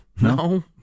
No